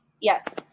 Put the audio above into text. Yes